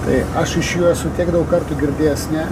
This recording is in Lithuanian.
tai aš iš jų esu tiek daug kartų girdėjęs ne